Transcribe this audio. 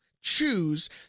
choose